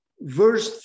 Verse